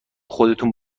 خودتون